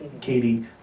Katie